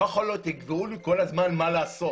לא יכול להיות שתקבעו לי כל הזמן מה לעשות.